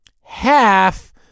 half